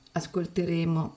ascolteremo